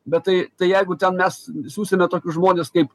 bet tai tai jeigu ten mes siųsime tokie žmonės kaip